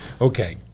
Okay